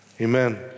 amen